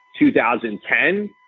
2010